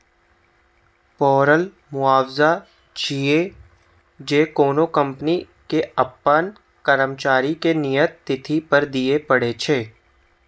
payroll मुआवजा छियै, जे कोनो कंपनी कें अपन कर्मचारी कें नियत तिथि पर दियै पड़ै छै